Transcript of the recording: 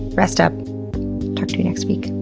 rest up. talk to you next week.